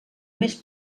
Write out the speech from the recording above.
més